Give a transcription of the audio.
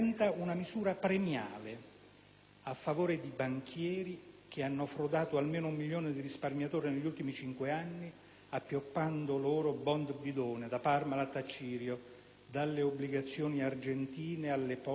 a favore di banchieri che hanno frodato almeno un milione di risparmiatori negli ultimi cinque anni, appioppando loro *bond* bidone, da Parmalat a Cirio, dalle obbligazioni argentine alle polizze tossiche Lehman.